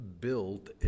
built